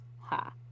Ha